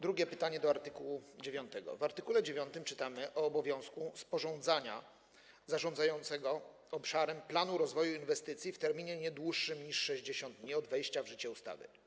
Drugie pytanie dotyczy art. 9. W art. 9 czytamy o obowiązku sporządzania przez zarządzającego obszarem planu rozwoju inwestycji w terminie nie dłuższym niż 60 dni od dnia wejścia w życie ustawy.